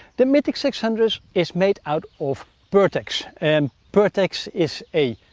the mythic six hundred is made out of pertex. and pertex is a